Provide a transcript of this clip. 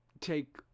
take